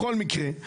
בכל מקרה,